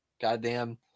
goddamn